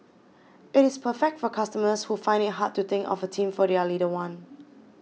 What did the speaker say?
it is perfect for customers who find it hard to think of a theme for their little one